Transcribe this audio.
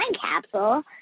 capsule